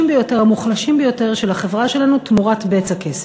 ביותר והמוחלשים ביותר של החברה שלנו תמורת בצע כסף.